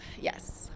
yes